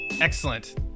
Excellent